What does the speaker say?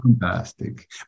fantastic